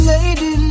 Lady